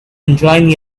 enjoying